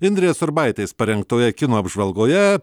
indrės urbaitės parengtoje kino apžvalgoje